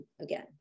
again